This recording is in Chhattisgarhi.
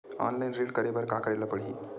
ऑनलाइन ऋण करे बर का करे ल पड़हि?